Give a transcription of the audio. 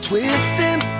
Twisting